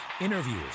interviews